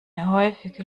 häufige